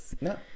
No